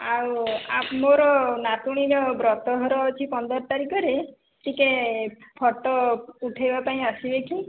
ଆଉ ମୋର ନାତୁଣୀର ବ୍ରତଘର ଅଛି ପନ୍ଦର ତାରିଖରେ ଟିକେ ଫଟୋ ଉଠେଇବା ପାଇଁ ଆସିବେ କି